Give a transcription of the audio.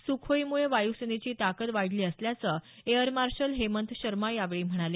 Sukhoi मुळे वायू सेनेची ताकद वाढली असल्याचं एअर मार्शल हेमंत शर्मा यावेळी म्हणाले